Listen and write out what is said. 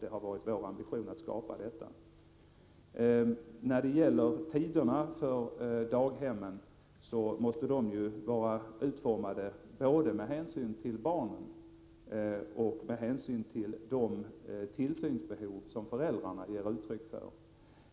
Det har varit vår ambition att skapa ett sådant. Vad beträffar tiderna på daghemmen, så måste ju bestämmelserna vara utformade både med hänsyn till barnen och med hänsyn till de tillsynsbehov som föräldrarna ger uttryck för.